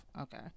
Okay